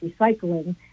recycling